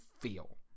feel